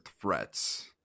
threats